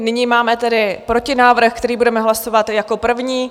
Nyní máme tedy protinávrh, který budeme hlasovat jako první.